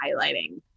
highlighting